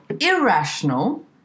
irrational